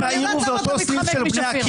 תתייחס לשפיר.